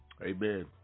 Amen